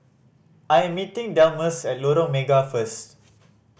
I am meeting Delmus at Lorong Mega first